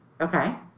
Okay